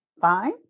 fine